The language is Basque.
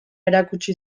erakutsi